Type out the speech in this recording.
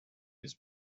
his